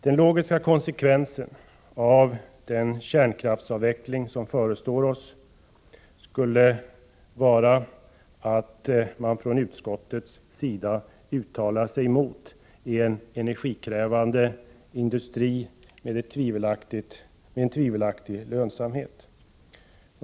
Den logiska konsekvensen av den kärnkraftsavveckling som förestår skulle vara att man från utskottets sida uttalade sig emot en energikrävande industri med tvivelaktig lönsamhet.